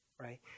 right